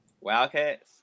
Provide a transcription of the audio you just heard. Wildcats